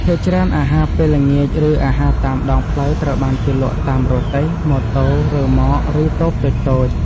ភាគច្រើនអាហារពេលល្ងាច ឬអាហារតាមដងផ្លូវត្រូវបានគេលក់តាមរទេះ ម៉ូតូ រឺម៉ក ឬតូបតូចៗ។